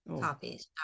copies